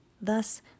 Thus